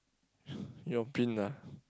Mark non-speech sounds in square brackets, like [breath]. [breath] your bin ah